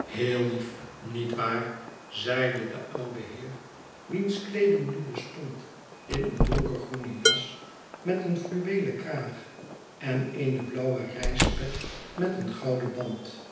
heel lief niet waar zeide de oude heer wiens kleeding nu bestond in eene donkergroene jas met een fluweelen kraag en eene blauwe reispet met een gouden band